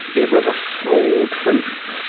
it was a small truth,